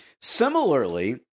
Similarly